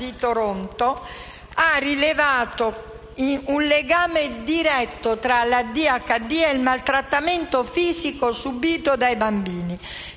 ha rilevato un legame diretto tra ADHD e maltrattamenti fisici subiti dai bambini.